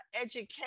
education